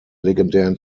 legendären